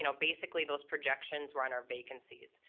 you know basically those projections were on our vacancies.